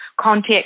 contact